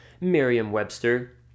Merriam-Webster